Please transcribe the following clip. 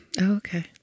okay